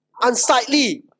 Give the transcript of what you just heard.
unsightly